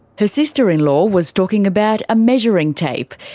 her sister-in-law was talking about a measuring tape.